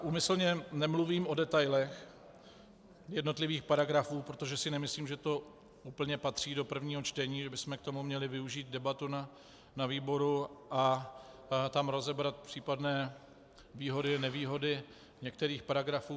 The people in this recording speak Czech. Úmyslně nemluvím o detailech jednotlivých paragrafů, protože si nemyslím, že to úplně patří do prvního čtení, že bychom k tomu měli využít debatu na výboru a tam rozebrat případné výhody a nevýhody některých paragrafů.